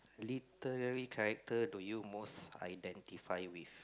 literally character do you most identify with